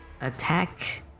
attack